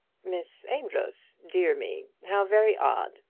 miss amedroz! dear me how very odd!